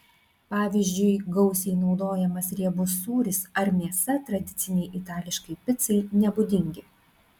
pavyzdžiui gausiai naudojamas riebus sūris ar mėsa tradicinei itališkai picai nebūdingi